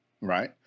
right